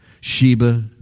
Sheba